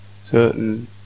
certain